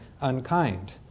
unkind